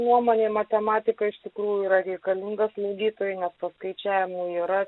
nuomonei matematika iš tikrųjų yra reikalinga slaugytojui nes paskaičiavimų yra